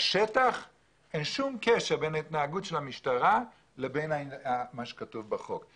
בשטח אין שום קשר בין התנהגות המשטרה לבין מה שכתוב בחוק.